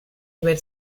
haber